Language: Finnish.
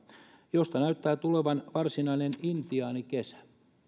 josta näyttää tulevan varsinainen intiaanikesä